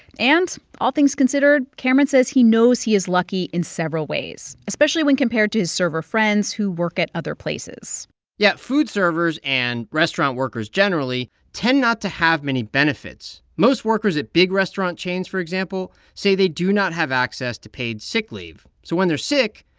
and all things considered, cameron says he knows he is lucky in several ways, especially when compared to his server friends who work at other places yeah. food servers and restaurant workers generally tend not to have many benefits. most workers at big restaurant chains, for example, say they do not have access to paid sick leave. so when they're sick,